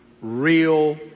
real